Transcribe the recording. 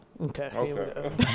Okay